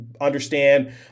understand